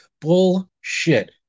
Bullshit